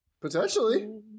Potentially